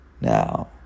now